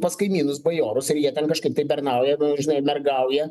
pas kaimynus bajorus ir jie ten kažkaip tai bernauja žinai mergauja